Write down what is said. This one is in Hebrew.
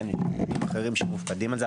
יש משרדים אחרים שמופקדים על זה.